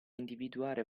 individuare